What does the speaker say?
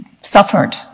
suffered